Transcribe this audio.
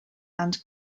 and